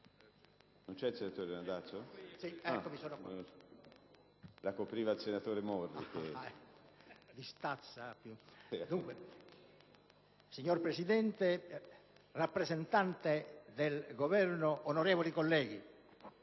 Signor Presidente, signor rappresentante del Governo, onorevoli colleghi,